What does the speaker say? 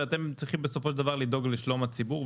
ואתם צריכים בסופו של דבר לדאוג לשלום הציבור,